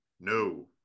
No